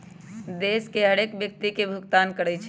देश के हरेक व्यक्ति के भुगतान करइ छइ